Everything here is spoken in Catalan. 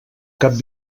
cap